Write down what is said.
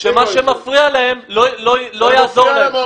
לא, אבל צריך לשים את זה על השולחן.